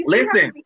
Listen